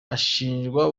ashinjwa